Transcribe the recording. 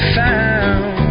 found